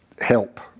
help